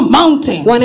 mountains